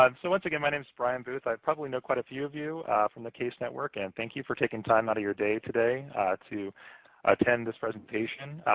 um so once again, my name's brian boothe. i probably know quite a few of you from the case network. and thank you for taking time out of your day today to attend this presentation.